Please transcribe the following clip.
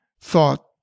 thought